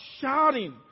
shouting